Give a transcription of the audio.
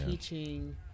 teaching